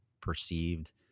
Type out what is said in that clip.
perceived